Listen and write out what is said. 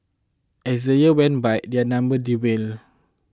as the years went by their number dwindled